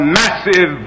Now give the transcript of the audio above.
massive